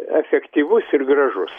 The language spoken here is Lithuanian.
efektyvus ir gražus